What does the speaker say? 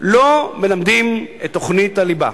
לא מלמדים את תוכניות הליבה.